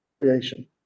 creation